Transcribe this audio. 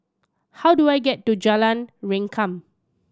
how do I get to Jalan Rengkam